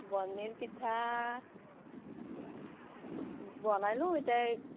বৰ্নিৰ পিঠা বনালোঁ ইতে